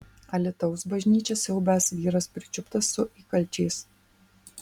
alytaus bažnyčią siaubęs vyras pričiuptas su įkalčiais